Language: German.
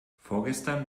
vorgestern